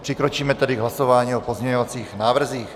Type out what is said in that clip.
Přikročíme tedy k hlasování o pozměňovacích návrzích.